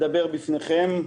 לדבר בפניכם.